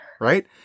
Right